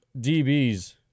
DBs